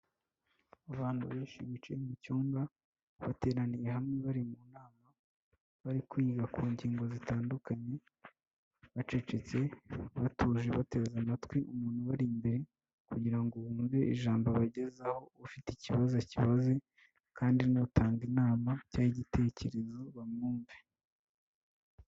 Abantu benshi bicaye mu cyumba, bateraniye hamwe bari mu nama, bari kwiga ku ngingo zitandukanye, bacecetse, batuje, bateze amatwi umuntu ubari imbere kugira ngo bumve ijambo abagezaho, ufite ikibazo akibaze kandi n'utanga inama cyangwa igitekerezo bamwumve.